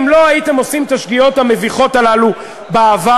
אם לא הייתם עושים את השגיאות המביכות האלה בעבר,